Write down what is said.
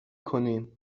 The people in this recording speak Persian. کنیم